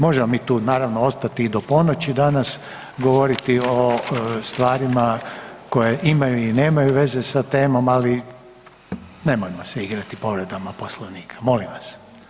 Možemo mi tu naravno ostati i do ponoći danas, govoriti o stvarima koje imaju i nemaju veze sa temom, ali nemojmo se igrati povredama Poslovnika, molim vas.